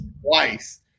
Twice